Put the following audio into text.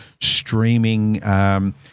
streaming –